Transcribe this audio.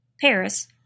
Paris